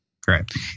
Correct